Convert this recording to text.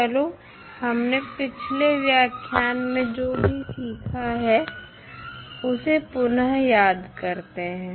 चलो हमने पिछले व्याख्यान में जो भी सीखा उसे पुनः याद करते हैं